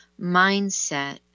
mindset